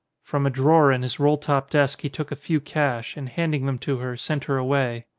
from a drawer in his roll-top desk he took a few cash, and handing them to her, sent her away.